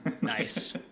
Nice